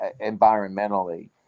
environmentally